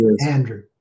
andrew